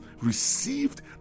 received